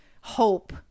hope